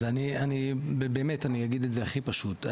אז אני אגיד את זה הכי פשוט.